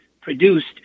produced